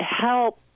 help